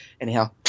anyhow